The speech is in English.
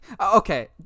Okay